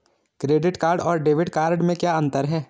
Credit card और debit card में क्या अंतर है?